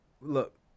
look